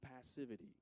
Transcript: passivity